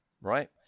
right